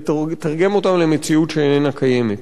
ותרגם אותם למציאות שאיננה קיימת.